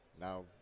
now